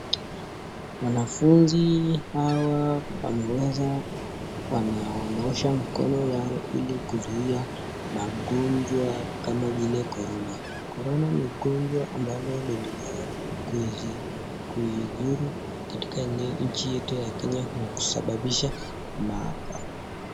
Wanafunzi hawa wameweza kuwa wanaosha mikono yao ili kuzuia magonjwa kama vile Corona. Corona ni gonjwa ambalo liliweza kuizuru katika nchi yetu ya Kenya na kusababisha maafa.